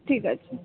ঠিক আছে